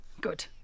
Good